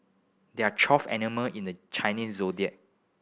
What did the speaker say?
there are twelve animal in the Chinese Zodiac